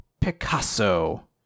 Picasso